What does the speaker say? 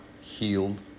healed